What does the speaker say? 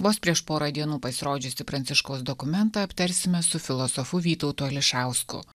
vos prieš porą dienų pasirodžiusį pranciškaus dokumentą aptarsime su filosofu vytautu ališausku